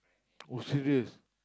oh serious